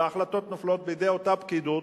וההחלטות נופלות בידי אותה פקידות,